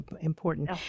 important